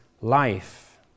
life